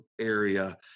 area